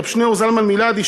רב שניאור זלמן מלאדי,